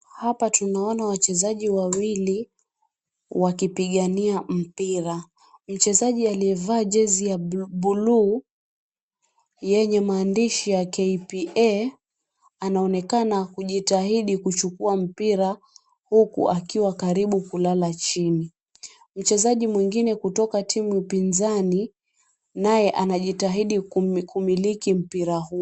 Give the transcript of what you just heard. Hapa tunaona wachezaji wawili, wakipigania mpira. Mchezaji aliyevaa jezi ya buluu yenye maandishi ya KPA, anaonekana kujitahidi kuchukua mpira huku akiwa karibu kulala chini. Mchezaji mwingine kutoka timu ya upinzani, naye anajitahidi kumiliki mpira huo.